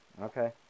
Okay